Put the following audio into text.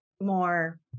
more